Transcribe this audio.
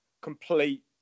Complete